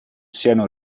siano